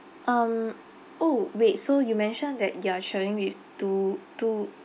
um oh wait so you mentioned that you're travelling with two two